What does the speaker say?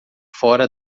fora